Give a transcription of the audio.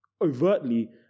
overtly